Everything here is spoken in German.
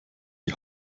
die